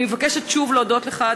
אני מבקשת שוב להודות לך,